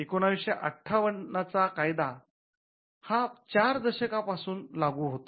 १९५८ चा कायदा हा चार दशक पासून लागू होता